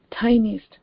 tiniest